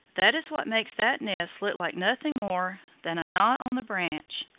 that is what makes that nest look like nothing more than a knot on the branch.